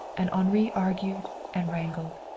and henri argued and wrangled.